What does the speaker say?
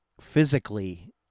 physically